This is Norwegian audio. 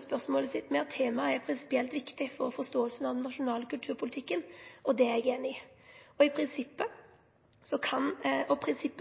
spørsmålet sitt med at temaet er prinsipielt viktig for forståinga av den nasjonale kulturpolitikken. Det er eg einig i. Prinsippet